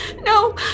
No